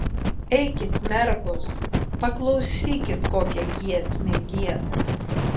eikit mergos paklausykit kokią giesmę gieda